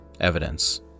evidence